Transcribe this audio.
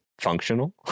functional